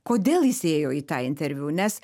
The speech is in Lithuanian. kodėl jis ėjo į tą interviu nes